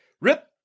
Rip